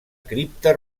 cripta